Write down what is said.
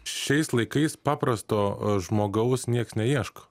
šiais laikais paprasto žmogaus nieks neieško